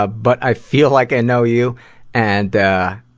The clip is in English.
ah but i feel like i know you and, ah,